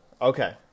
Okay